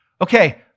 Okay